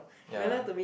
ya